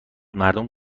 مردم